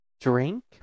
drink